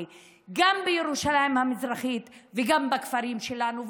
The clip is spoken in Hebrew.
גם בירושלים המזרחית וגם בכפרים שלנו.